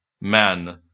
man